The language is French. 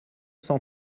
cent